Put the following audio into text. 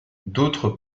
d’autres